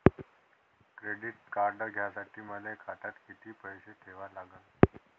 Credit card घ्यासाठी मले खात्यात किती पैसे ठेवा लागन?